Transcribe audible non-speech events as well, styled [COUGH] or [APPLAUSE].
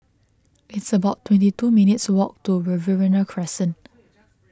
it's about twenty two minutes' walk to Riverina Crescent [NOISE]